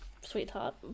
sweetheart